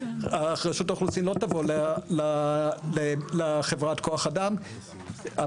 רשות האוכלוסין לא תבוא לחברת כוח האדם המעסיקה,